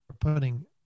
putting